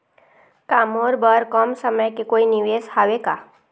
का मोर बर कम समय के कोई निवेश हावे का?